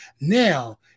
Now